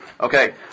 Okay